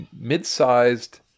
mid-sized